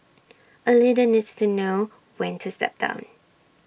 A leader needs to know when to step down